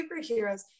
superheroes